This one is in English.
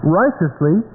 righteously